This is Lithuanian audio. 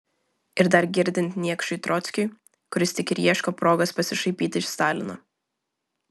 ir dar girdint niekšui trockiui kuris tik ir ieško progos pasišaipyti iš stalino